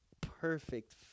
perfect